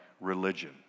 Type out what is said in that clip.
religion